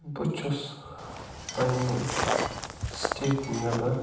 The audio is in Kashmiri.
بہٕ چھُس پنٛنہِ سِٹیٹ نٮ۪بر